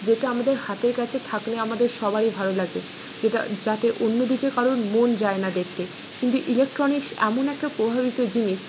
যেটা আমাদের হাতের কাছে থাকলে আমাদের সবারই ভালো লাগে এটা যাতে অন্যদিকে কারোর মন যায় না দেখতে কিন্তু ইলেকট্রনিক্স এমন একটা প্রভাবিত জিনিস